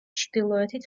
ჩრდილოეთით